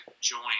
join